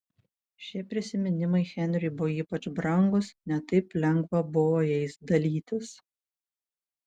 šie prisiminimai henriui buvo ypač brangūs ne taip lengva buvo jais dalytis